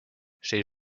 chez